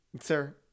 Sir